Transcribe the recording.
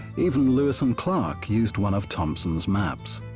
even lewis and clark used one of thompson's maps.